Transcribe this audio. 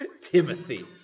Timothy